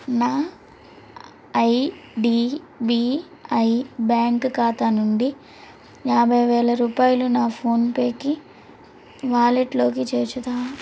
నా IDBI bank ఖాతా నుండి యాభై వేల రూపాయలు నా ఫోన్ పేకి వాలెట్లోకి చేర్చుతావా